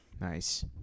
Nice